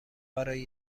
برای